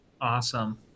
Awesome